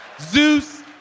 Zeus